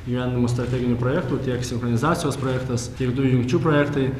igyvendinama strateginių projektų tiek sinchronizacijos projektas tiek dujų jungčių projektai